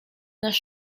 nas